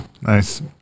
Nice